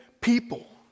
people